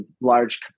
large